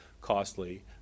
costly